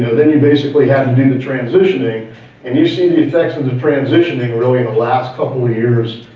then you basically have to do the transitioning and you see the effects of the transitioning really in the last couple of years,